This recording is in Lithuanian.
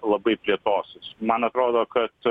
labai plėtosis man atrodo kad